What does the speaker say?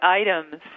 items